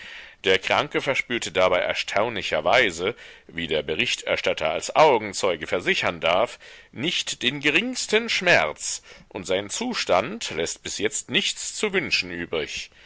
der kranke verspürte dabei erstaunlicherweise wie der berichterstatter als augenzeuge versichern darf nicht den geringsten schmerz und sein zustand läßt bis jetzt nichts zu wünschen übrig